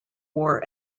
war